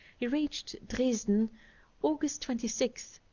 he reached dresden august twenty six,